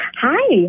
Hi